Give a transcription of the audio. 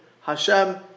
Hashem